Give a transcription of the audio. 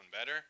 better